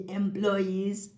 employees